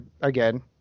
again